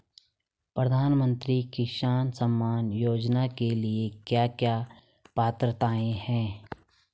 प्रधानमंत्री किसान सम्मान योजना के लिए क्या क्या पात्रताऐं हैं?